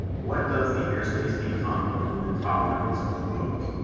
what does the airspace become when the tower is closed?